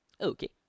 Okay